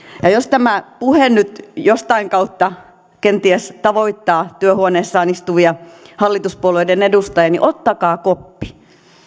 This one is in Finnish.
ja jos tämä puhe nyt jostain kautta kenties tavoittaa työhuoneessaan istuvia hallituspuolueiden edustajia ottakaa koppi